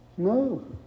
No